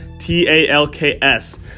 T-A-L-K-S